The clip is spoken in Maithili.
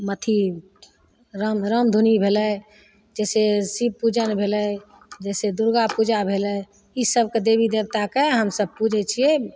मथी राम राम धुनी भेलै जइसे शिव पूजन भेलै जइसे दुरगा पूजा भेलै ईसबके देवी देवताके हमसभ पुजै छिए